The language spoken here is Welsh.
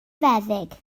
feddyg